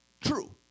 true